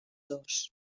dos